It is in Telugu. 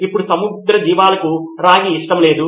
ఇప్పుడు సముద్ర జీవాలకు రాగి ఇష్టం లేదు